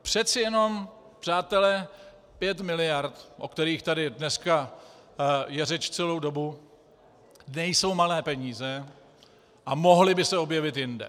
Přece jenom, přátelé, pět miliard, o kterých tady dneska je řeč celou dobu, nejsou malé peníze a mohly by se objevit jinde.